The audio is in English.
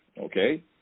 Okay